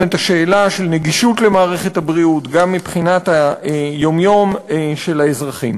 גם השאלה של נגישות מערכת הבריאות מבחינת היום-יום של האזרחים.